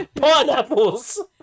Pineapples